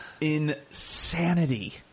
insanity